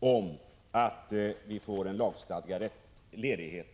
och fatta ett beslut om lagstadgad ledighetsrätt.